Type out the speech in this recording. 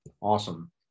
awesome